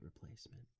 replacement